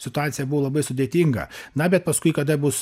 situacija buvo labai sudėtinga na bet paskui kada bus